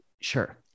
Sure